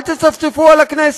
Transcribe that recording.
אל תצפצפו על הכנסת,